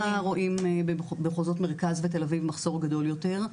אנחנו דווקא רואים במחוזות מרכז ותל אביב מחסור גדול יותר,